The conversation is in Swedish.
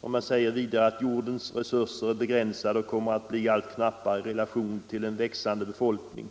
Och man säger vidare att jordens resurser är begränsade och kommer att bli allt knappare i relation till en växande befolkning.